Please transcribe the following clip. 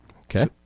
Okay